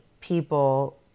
people